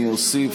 אני אוסיף.